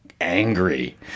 Angry